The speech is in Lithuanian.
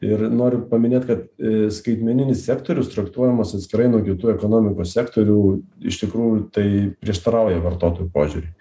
ir noriu paminėt kad skaitmeninis sektorius traktuojamas atskirai nuo kitų ekonomikos sektorių iš tikrųjų tai prieštarauja vartotojų požiūriui